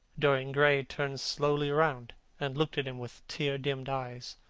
dorian gray turned slowly around and looked at him with tear-dimmed eyes.